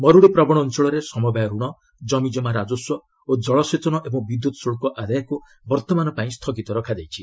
ମରୁଡ଼ି ପ୍ରବଣ ଅଞ୍ଚଳରେ ସମବାୟ ଋଣ ଜମିକମା ରାଜସ୍ୱ ଓ ଜଳସେଚନ ଏବଂ ବିଦ୍ୟୁତ୍ ଶୁଳ୍କ ଆଦାୟକୁ ବର୍ତ୍ତମାନପାଇଁ ସ୍ଥଗିତ ରଖାଯାଇଛି